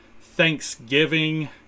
Thanksgiving